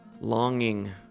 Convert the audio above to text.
longing